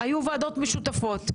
היו ועדות משותפות.